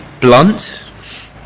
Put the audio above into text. blunt